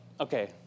okay